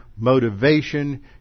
Motivation